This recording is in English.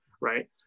right